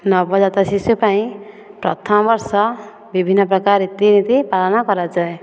ନବ ଜାତ ଶିଶୁ ପାଇଁ ପ୍ରଥମ ବର୍ଷ ବିଭିନ୍ନ ପ୍ରକାର ରୀତିନୀତି ପାଳନ କରାଯାଏ